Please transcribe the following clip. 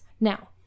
Now